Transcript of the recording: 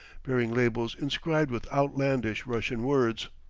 bearing labels inscribed with outlandish russian words.